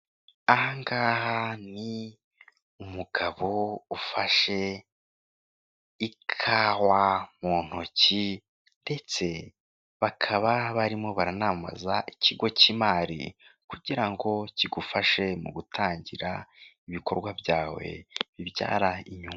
Ahangaha ni umugabo ufashe ikawa mu ntoki, ndetse bakaba barimo baranamamaza ikigo cy'imari, kugira ngo kigufashe mu gutangira ibikorwa byawe bibyara inyungu.